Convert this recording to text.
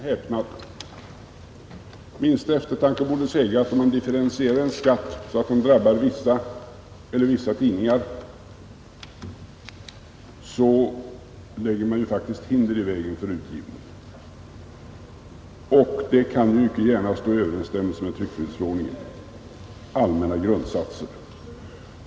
Herr talman! Herr Boos tolkning av tryckfrihetsförordningen fyllde mig med häpnad. Minsta eftertanke borde säga att om man differentierar en skatt så att den drabbar vissa tidningar lägger man faktiskt hinder i vägen för utgivningen av dessa. Det kan inte gärna stå i överensstämmelse med tryckfrihetsförordningens allmänna grundsatser.